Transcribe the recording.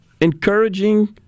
encouraging